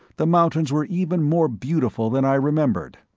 the mountains were even more beautiful than i remembered.